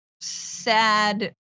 sad